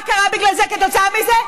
מה קרה בגלל זה, כתוצאה מזה?